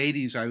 80s